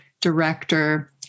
director